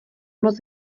moc